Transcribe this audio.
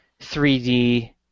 3D